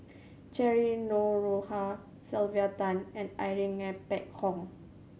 Cheryl Noronha Sylvia Tan and Irene Ng Phek Hoong